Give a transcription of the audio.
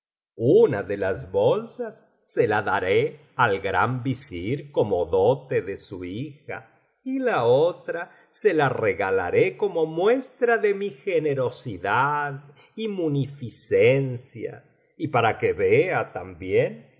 una de las bolsas se la daré al gran visir como dote de su hija y la otra se la regalaré como muestra de mi generosidad y munificencia y para que vea también